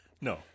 no